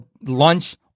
lunch